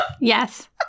Yes